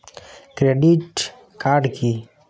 Credit card কি?